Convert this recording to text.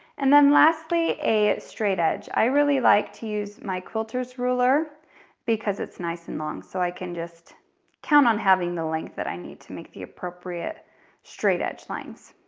and then lastly, a straight edge. i really like to use my quilters ruler because it's nice and long. so i can just count on having the length that i need to make the appropriate straight edge lines.